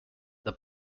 the